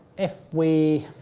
if we